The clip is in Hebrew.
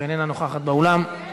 נתקבלה.